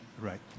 right